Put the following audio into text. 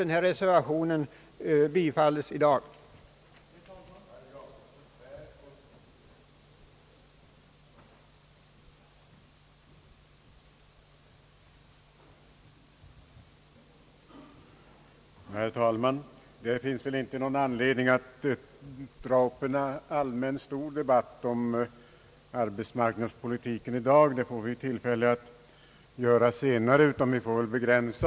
Jag tror, herr talman, att det finns starka skäl att bifalla reservationen.